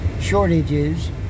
shortages